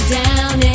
down